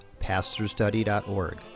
pastorstudy.org